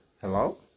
Hello